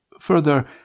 Further